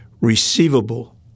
receivable